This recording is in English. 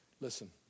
Listen